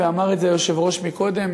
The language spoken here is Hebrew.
ואמר את זה היושב-ראש קודם,